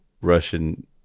russian